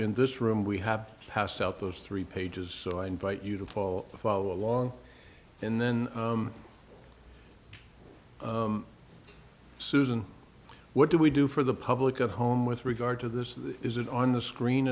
in this room we have passed out those three pages so i invite you to fall the follow along and then susan what do we do for the public at home with regard to this is it on the screen